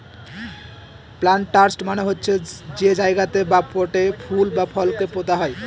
planters মানে হচ্ছে যে জায়গাতে বা পটে ফুল বা ফলকে পোতা হয়